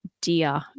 dear